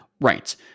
Right